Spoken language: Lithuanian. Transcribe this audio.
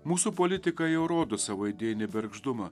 mūsų politikai jau rodo savo idėjinį bergždumą